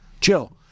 Chill